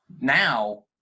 Now